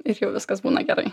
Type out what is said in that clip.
ir jau viskas būna gerai